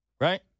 right